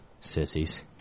Sissies